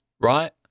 right